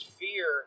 fear